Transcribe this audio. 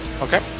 Okay